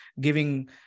giving